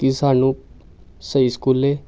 ਕਿ ਸਾਨੂੰ ਸਹੀ ਸਕੂਲੇ